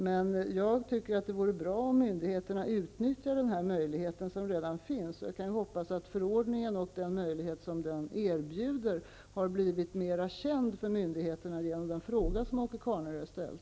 Det vore emellertid bra om myndigheterna utnyttjade den här möjligheten, som redan finns, och jag hoppas att nämnda förordning, med den möjlighet som den erbjuder, har blivit mer känd för myndigheterna tack vare den fråga som Åke Carnerö nu har ställt.